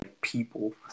people